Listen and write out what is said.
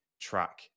track